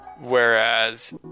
whereas